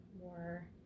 more